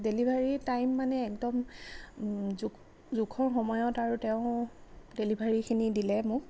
delivery time মানে একদম জোখৰ সময়ত আৰু তেওঁ ডেলিভাৰীখিনি দিলে মোক